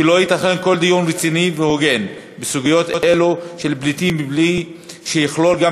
כי לא ייתכן כל דיון רציני והוגן בסוגיות אלו של פליטים בלי שיכלול גם